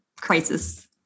crisis